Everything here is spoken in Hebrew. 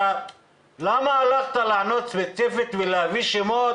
למה הלכת לענות ספציפית ולהביא שמות?